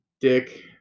dick